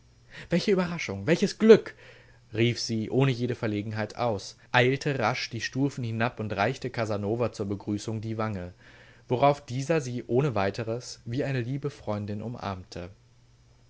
welche überraschung welches glück rief sie ohne jede verlegenheit aus eilte rasch die stufen hinab und reichte casanova zur begrüßung die wange worauf dieser sie ohne weitres wie eine liebe freundin umarmte